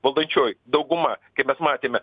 valdančioji dauguma kaip mes matėme